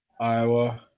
Iowa